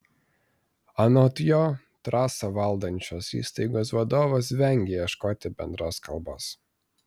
anot jo trasą valdančios įstaigos vadovas vengia ieškoti bendros kalbos